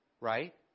right